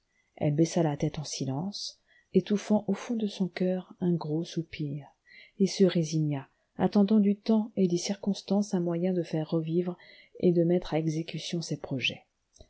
elle baissa la tête en silence étouffant au fond de son cœur un gros soupir et se résigna attendant du temps et des circonstances un moyen de faire revivre et de mettre à exécution ses projets